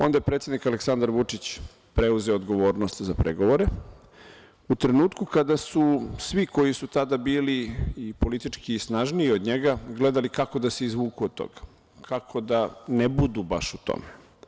Onda je predsednik Aleksandar Vučić preuzeo odgovornost za pregovore u trenutku kada su svi koji su tada bili i politički snažniji od njega gledali kako da se izvuku od toga, kako da ne budu baš u tome.